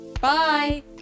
bye